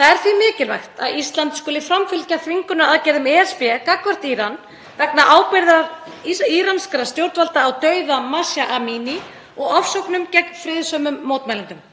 Það er því mikilvægt að Ísland skuli framfylgja þvingunaraðgerðum ESB gagnvart Íran vegna ábyrgðar íranskra stjórnvalda á dauða Mahsa Amini og ofsóknum gegn friðsömum mótmælendum.